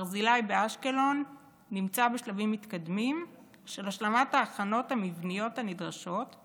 ברזילי באשקלון נמצא בשלבים מתקדמים של השלמת ההכנות המבניות הנדרשות,